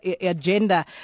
agenda